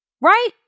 Right